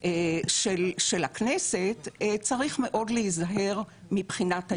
של הכנסת, צריך מאוד להיזהר מבחינת העיתוי.